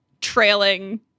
trailing